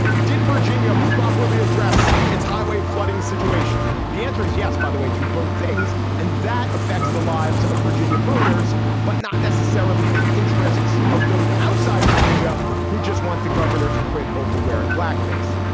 did virginia properly address its highway flooding situation. the answer is yes by the way to both things. and that affects the lives of virginia voters but not necessarily the interests of those outside virginia who just want the governor to quit over wearing blackface.